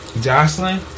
Jocelyn